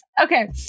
Okay